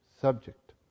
subject